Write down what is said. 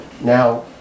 Now